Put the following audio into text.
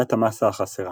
בעיית המסה החסרה